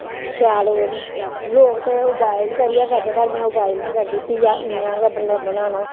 शैल लोग ते उबायल करियै करदे पर में उबायल निं करदी घीआ इ'यां गै मतलब बनाना